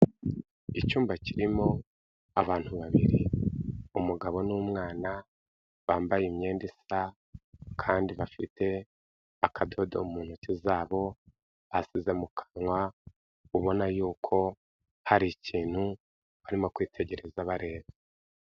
Icyumba kirimo abantu babiri, umugabo n'umwana bambaye imyenda isa kandi bafite akadodo mu ntoki zabo bashyize mu kanwa, ubona yuko hari ikintu barimo kwitegereza bareba.